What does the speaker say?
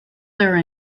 their